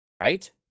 right